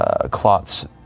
cloths